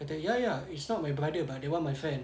kata ya ya it's not my brother but that [one] my friend